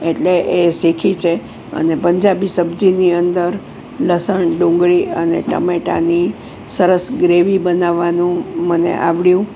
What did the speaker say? એટલે એ શીખી છે અને પંજાબી સબજીની અંદર લસણ ડુંગળી અને ટમેટાની સરસ ગ્રેવી બનાવવાનું મને આવડ્યું